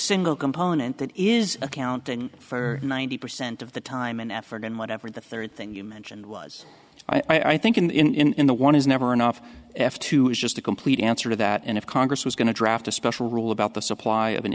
single component that is accounting for ninety percent of the time and effort and whatever the third thing you mentioned was i think in the one is never enough f two is just a complete answer to that and if congress was going to draft a special rule about the supply of an